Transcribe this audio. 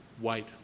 Wait